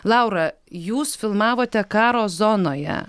laura jūs filmavote karo zonoje